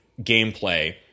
gameplay